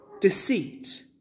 Deceit